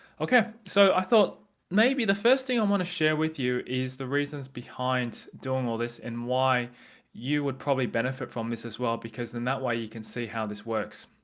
okay so i thought maybe the first thing i'm going to share with you is the reasons behind doing all this and why you will probably benefit from this as well because then that way you can see how this works.